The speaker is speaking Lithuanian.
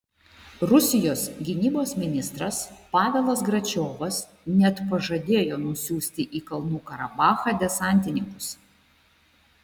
rusijos gynybos ministras pavelas gračiovas net pažadėjo nusiųsti į kalnų karabachą desantininkus